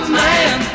man